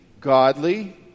godly